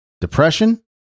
depression